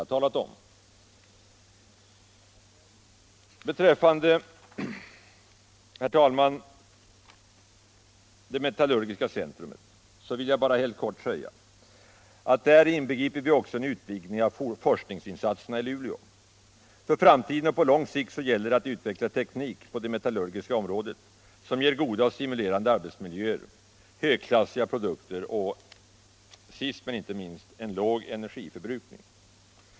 Jag vill helt kort säga att vi i ett metallurgiskt centrum också inbegriper en utvidgning av forskningsinsatserna i Luleå. För framtiden och på lång sikt gäller det att utveckla en teknik på det metallurgiska området som ger goda och stimulerande arbetsmiljöer, högklassiga produkter och sist men inte minst låg energiförbrukning.